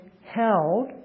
held